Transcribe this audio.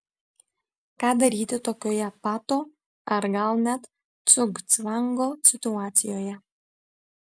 ką daryti tokioje pato ar gal net cugcvango situacijoje